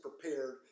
prepared